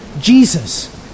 Jesus